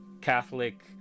Catholic